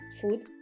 food